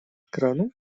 kranu